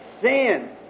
sin